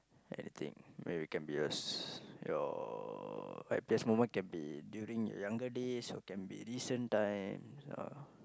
anything maybe can be a s~ your happiest moment can be during your younger days or can be recent times ah